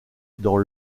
dans